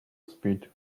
speed